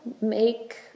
make